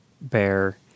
Bear